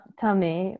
tummy